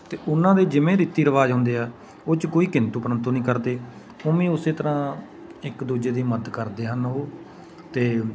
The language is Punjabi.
ਅਤੇ ਉਹਨਾਂ ਦੇ ਜਿਵੇਂ ਰੀਤੀ ਰਿਵਾਜ਼ ਹੁੰਦੇ ਆ ਉਹ 'ਚ ਕੋਈ ਕਿੰਤੂ ਪ੍ਰੰਤੂ ਨਹੀਂ ਕਰਦੇ ਉਵੇਂ ਉਸੇ ਤਰ੍ਹਾਂ ਇੱਕ ਦੂਜੇ ਦੀ ਮਦਦ ਕਰਦੇ ਹਨ ਉਹ ਅਤੇ